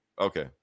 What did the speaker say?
okay